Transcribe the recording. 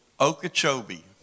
Okeechobee